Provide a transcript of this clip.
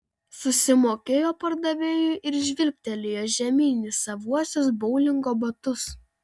susimokėjo pardavėjui ir žvilgtelėjo žemyn į savuosius boulingo batus